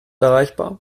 erreichbar